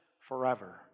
forever